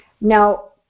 Now